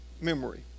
memory